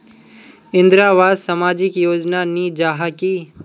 इंदरावास सामाजिक योजना नी जाहा की?